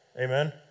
Amen